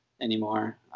anymore